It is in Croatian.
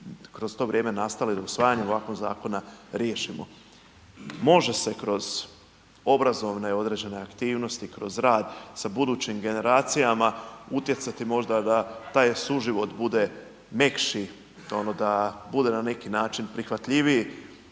kroz to vrijeme nastali, da usvajanjem ovakvog zakona riješimo. Može se kroz obrazovne određene aktivnosti, kroz rad sa budućim generacijama utjecati možda da taj suživot bude mekši ono da bude na neki način prihvatljiviji,